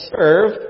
serve